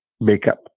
makeup